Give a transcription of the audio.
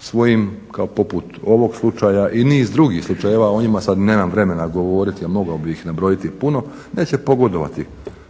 svojim kao poput ovog slučaja i niz drugih slučajeva, o njima sada nemam vremena govoriti, a mogao bi ih nabrojiti puno, neće pogodovati